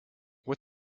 what